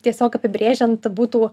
tiesiog apibrėžiant būtų